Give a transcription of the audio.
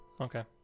Okay